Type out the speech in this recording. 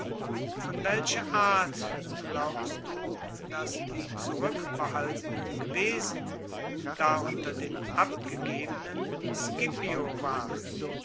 von welcher art glaubst du daß er zurückbehaltenen gewesen da unter den abgegebenen scipio